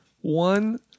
One